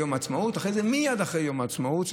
יום העצמאות,